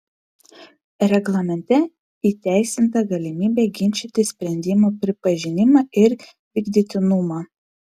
reglamente įteisinta galimybė ginčyti sprendimo pripažinimą ir vykdytinumą